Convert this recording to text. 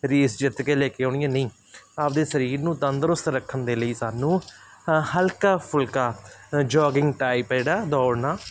race ਜਿੱਤ ਕੇ ਲੈ ਕੇ ਆਉਣੀ ਆ ਨਹੀਂ ਆਪਦੇ ਸਰੀਰ ਨੂੰ ਤੰਦਰੁਸਤ ਰੱਖਣ ਦੇ ਲਈ ਸਾਨੂੰ ਹਲਕਾ ਫੁਲਕਾ ਜੋਗਿੰਗ ਟਾਈਪ ਹੈ ਜਿਹੜਾ ਦੌੜਨਾ